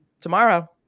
tomorrow